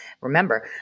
Remember